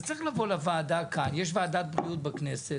אז צריך לבוא לוועדה כאן יש ועדת בריאות בכנסת.